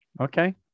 Okay